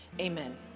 Amen